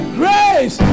grace